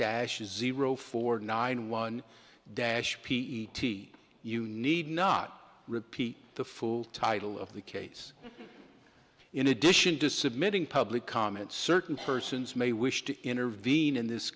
dash zero four nine one dash p e t you need not repeat the full title of the case in addition to submitting public comments certain persons may wish to intervene in this